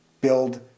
build